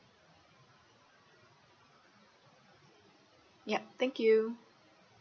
yup thank you